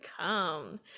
come